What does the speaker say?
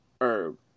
herb